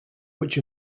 which